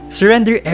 Surrender